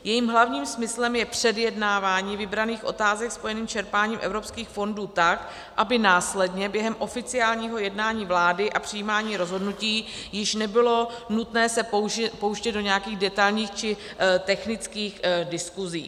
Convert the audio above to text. Jejím hlavním smyslem je předjednávání vybraných otázek spojených s čerpáním evropských fondů tak, aby následně během oficiálního jednání vlády a přijímání rozhodnutí již nebylo nutné se pouštět do nějakých detailních či technických diskusí.